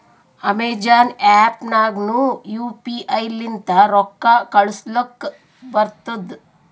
Amazon app ನಾಗ್ನು U P I ಲಿಂತ ರೊಕ್ಕಾ ಕಳೂಸಲಕ್ ಬರ್ತುದ್